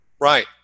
Right